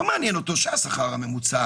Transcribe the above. לא מעניין אותו שהשכר הממוצע